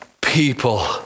people